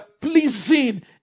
pleasing